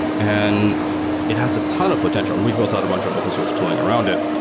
and it has a ton of potential, and we've built out a bunch of open source tooling around it.